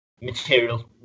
material